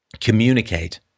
communicate